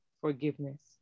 forgiveness